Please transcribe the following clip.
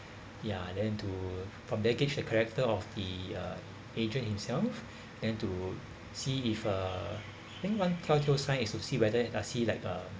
ya and then to from then gauge the character of the uh agent himself and to see if uh think one telltale sign is to see whether does he like uh